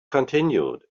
continued